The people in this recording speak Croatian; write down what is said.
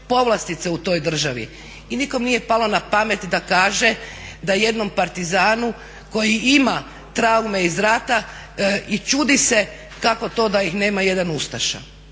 povlastice u toj državi. I nikom nije palo na pamet da kaže da jednom partizanu koji ima traume iz rata i čudi se kako to da ih nema jedan ustaša.